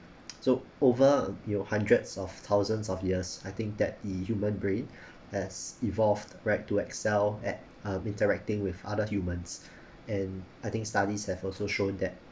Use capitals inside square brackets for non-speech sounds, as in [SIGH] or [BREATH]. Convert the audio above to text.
so over you know hundreds of thousands of years I think that the human brain [BREATH] has evolved right to excel at uh interacting with other humans and I think studies have also shown that